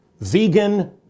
vegan